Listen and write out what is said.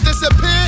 Disappear